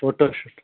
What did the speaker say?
photo shoot